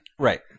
Right